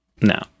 No